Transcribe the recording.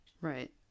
Right